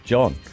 John